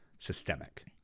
systemic